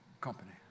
company